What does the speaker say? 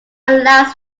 allows